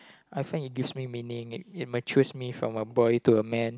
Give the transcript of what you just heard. I find it gives me meaning it it matures me from a boy to a man